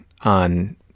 on